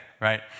right